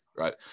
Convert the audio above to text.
right